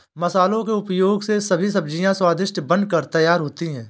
मसालों के उपयोग से सभी सब्जियां स्वादिष्ट बनकर तैयार होती हैं